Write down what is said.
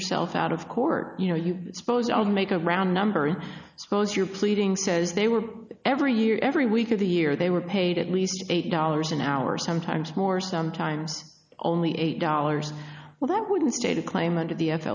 yourself out of court you know you suppose i'll make a round number and suppose your pleading says they were every year every week of the year they were paid at least eight dollars an hour sometimes more sometimes only eight dollars well that wouldn't stay the claimant of the f